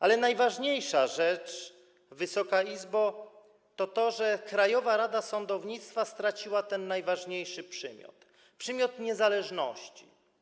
Ale najważniejsza rzecz, Wysoka Izbo, jest taka, że Krajowa Rada Sądownictwa straciła ten najważniejszy przymiot: przymiot niezależności.